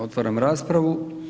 Otvaram raspravu.